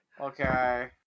okay